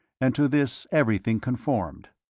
and to this everything conformed.